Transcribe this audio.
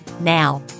Now